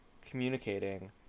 communicating